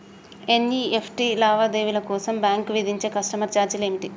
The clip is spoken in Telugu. ఎన్.ఇ.ఎఫ్.టి లావాదేవీల కోసం బ్యాంక్ విధించే కస్టమర్ ఛార్జీలు ఏమిటి?